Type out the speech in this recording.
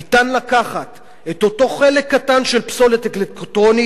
ניתן לקחת את אותו חלק קטן של פסולת אלקטרונית,